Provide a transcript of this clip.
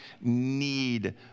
need